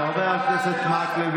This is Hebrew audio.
חבר הכנסת מקלב,